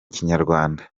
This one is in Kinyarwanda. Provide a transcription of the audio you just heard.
kinyarwanda